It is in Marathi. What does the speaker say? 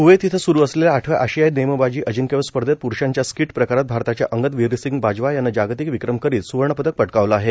क्वैत इथं स्रू असलेल्या आठव्या आशियाई नेमबाजी अजिंक्यपद स्पर्धेत प्रूषांच्या स्कीट प्रकारात भारताच्या अंगद वीरसिंग बाजवा यानं जागतिक विक्रम करीत सुवर्णपदक पटकावलं आहे